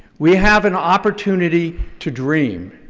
we have an opportunity to dream,